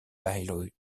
biotechnology